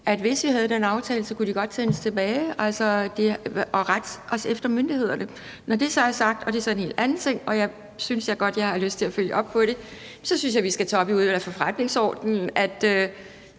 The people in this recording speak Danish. at hvis vi havde den aftale, kunne de godt sendes tilbage, også ifølge myndighederne. Når det er sagt, og det er så en helt anden ting, og jeg synes, jeg har lyst til at følge op på det, så synes jeg, at vi skal tage op i Udvalget for Forretningsordenen, om